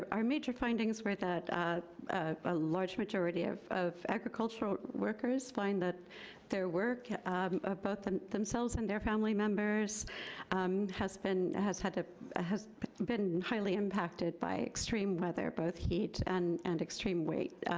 our major findings were that a large majority of of agricultural workers find that their work ah both um themselves and their family members has been, has had, ah has been highly impacted by extreme weather both heat and and extreme weight,